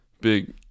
big